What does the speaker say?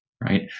right